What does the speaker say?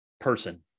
person